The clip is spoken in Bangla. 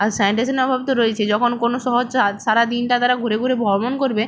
আর স্যানিটেশনের অভাব তো রয়েছে যখন কোনো আজ সারা দিনটা তারা ঘুরে ঘুরে ভ্রমণ করবে